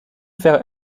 faire